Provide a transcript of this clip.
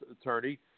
attorney